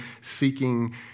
seeking